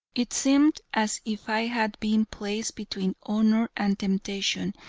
it seemed as if i had been placed between honor and temptation,